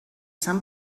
s’han